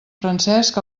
francesc